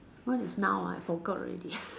what is noun ah I forgot already